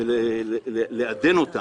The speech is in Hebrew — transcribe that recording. ולעדנה,